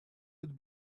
would